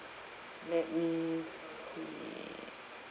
let me see